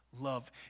Love